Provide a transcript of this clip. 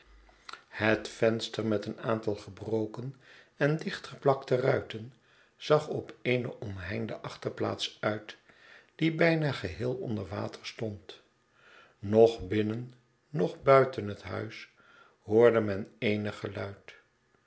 bet verister met een aantal gebroken en dichtgeplakte ruiten zag op eene omheinde achterplaats uit die bijna geheel onder water stond noch binnen noch buiten het huis hoorde men eenig geluid